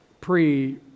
pre